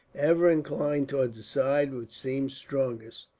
ever inclined towards the side which seemed strongest.